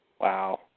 Wow